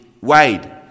wide